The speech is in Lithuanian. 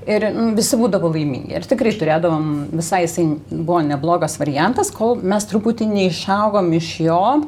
ir visi būdavo laimingi ir tikrai turėdavom visai jisai buvo neblogas variantas kol mes truputį neišaugom iš jo